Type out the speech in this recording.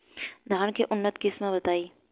धान के उन्नत किस्म बताई?